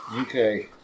Okay